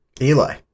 Eli